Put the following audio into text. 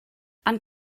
and